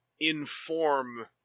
inform